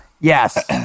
yes